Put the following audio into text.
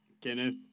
Kenneth